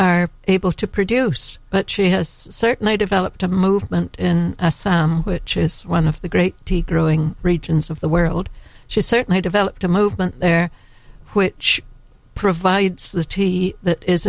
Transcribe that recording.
are able to produce but she has certainly developed a movement in which is one of the great tea growing regions of the world she certainly developed a movement there which provides the tea